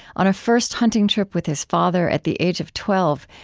on a first hunting trip with his father at the age of twelve,